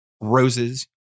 roses